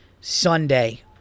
Sunday